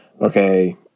okay